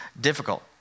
difficult